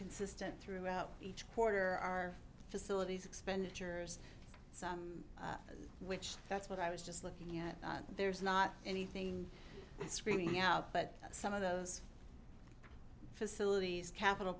consistent throughout each quarter our facilities expenditures which that's what i was just looking at there's not anything screaming out but some of those facilities capital